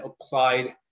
applied